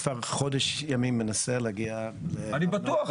אני כבר חודש ימים מנסה להגיע גם לדברים קטנים -- אני בטוח,